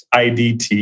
IDT